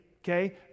Okay